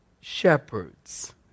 shepherds